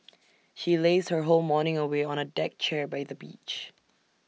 she lazed her whole morning away on A deck chair by the beach